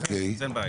אוקיי,